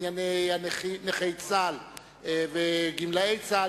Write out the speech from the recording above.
בעניין נכי צה"ל וגמלאי צה"ל,